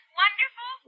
wonderful